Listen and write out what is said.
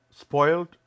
spoiled